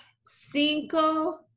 Cinco